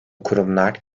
kurumlar